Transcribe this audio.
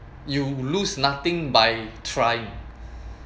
you lose nothing by trying